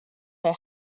her